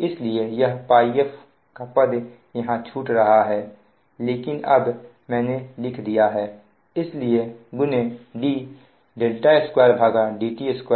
इसलिए यह πf का पद यहां छूट रहा है लेकिन अब मैंने लिख दिया है इसलिए d2dt2 Hmachine Πf d2dt2